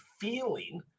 feeling